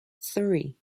three